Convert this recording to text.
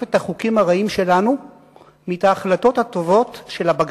את החוקים הרעים שלנו מאשר את ההחלטות הטובות של הבג"ץ.